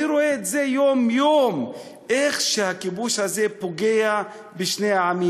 אני רואה את זה יום-יום איך הכיבוש הזה פוגע בשני העמים.